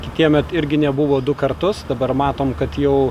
kitiemet irgi nebuvo du kartus dabar matom kad jau